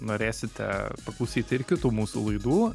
norėsite paklausyt ir kitų mūsų laidų